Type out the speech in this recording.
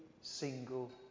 single